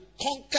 conquer